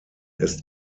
ist